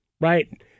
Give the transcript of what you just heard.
Right